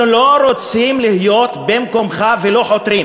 אנחנו לא רוצים להיות במקומך ולא חותרים.